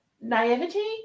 naivety